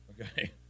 Okay